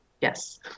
yes